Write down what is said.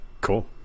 Cool